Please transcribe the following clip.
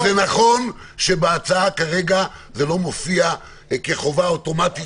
זה נכון שבהצעה כרגע זה לא מופיע כחובה אוטומטית